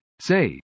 say